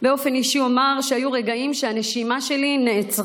באופן אישי אומר שהיו רגעים שהנשימה שלי נעצרה.